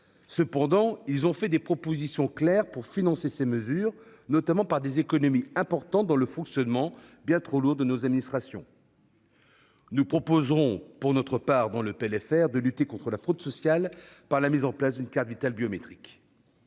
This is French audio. Néanmoins, ils ont émis des propositions pour financer ces mesures, notamment par des économies importantes dans le fonctionnement bien trop lourd de nos administrations. Nous proposerons pour notre part, dans le projet de loi de finances rectificative, de lutter contre la fraude sociale par la mise en place d'une carte Vitale biométrique.